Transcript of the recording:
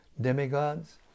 demigods